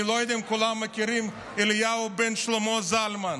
אני לא יודע אם כולם מכירים את אליהו בן שלמה זלמן,